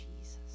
Jesus